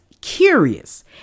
curious